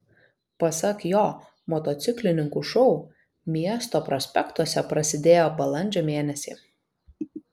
pasak jo motociklininkų šou miesto prospektuose prasidėjo balandžio mėnesį